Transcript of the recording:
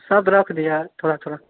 सब रख दीहऽ थोड़ा थोड़ा